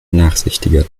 nachsichtiger